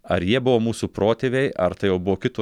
ar jie buvo mūsų protėviai ar tai jau buvo kito